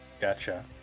Gotcha